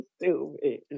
stupid